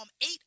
eight